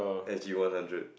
S_G one hundred